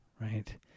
right